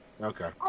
Okay